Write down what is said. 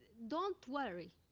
don't worry.